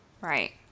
Right